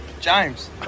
James